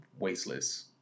wasteless